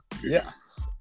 yes